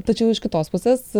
tačiau iš kitos pusės